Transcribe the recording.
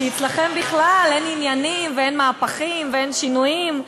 אצלכם בכלל אין עניינים ואין מהפכים ואין שינויים.